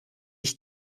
ich